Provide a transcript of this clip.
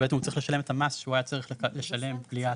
הוא בעצם צריך לשלם את המס שהוא היה צריך לשלם בלי ההטבה,